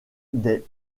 des